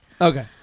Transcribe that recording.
Okay